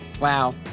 Wow